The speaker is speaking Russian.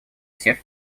всех